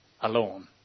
alone